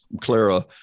Clara